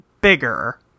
bigger